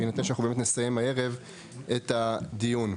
בהינתן שאנחנו באמת נסיים הערב את הדיון.